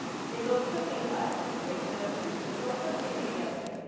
singles cooking classes, they show two people cooking together.